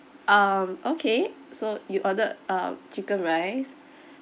um okay so you ordered um chicken rice